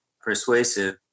persuasive